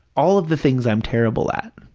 all of the things i'm terrible at.